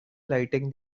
lighting